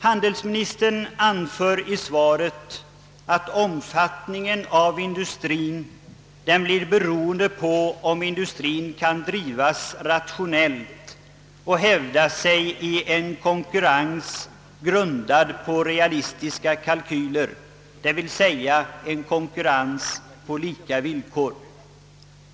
Handelsministern anför i svaret att omfattningen av en industri måste bli beroende av om industrien kan drivas rationellt och hävda sig i en konkurrens grundad på realistiska kalkyler, d.v.s. en konkurrens på lika villkor.